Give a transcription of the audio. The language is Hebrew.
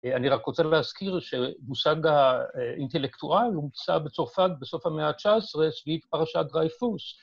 אני רק רוצה להזכיר שמושג האינטלקטואל הומצא בצרפת בסוף המאה ה-19 סביב פרשת דרייפוס.